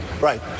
Right